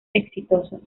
exitosos